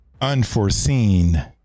unforeseen